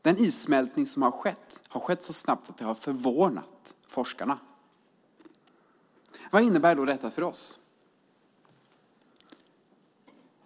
Den issmältning som har skett har skett så snabbt att det har förvånat forskarna. Vad innebär då detta för oss?